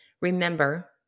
remember